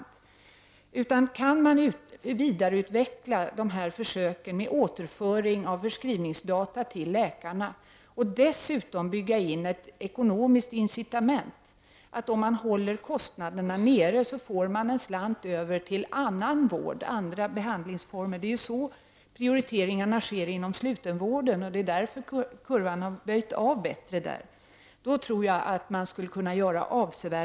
Jag tror att man skulle kunna göra avsevärda vinster om man kunde vidareutveckla försöken med återföring av förskrivningsdata till läkarna, och dessutom bygga in ett ekonomiskt incitament — att om man håller kostnaderna nere, får man en slant över till annan vård, andra behandlingsformer. Det är ju så prioriteringarna sker inom slutenvården, och det är därför kurvan har böjt av bättre där.